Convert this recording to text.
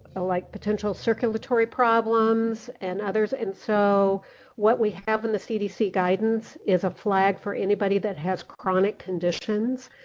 ah like potential circulatory problems and others, and so what we have in the cdc guidance is a flag for anybody who has chronic conditions.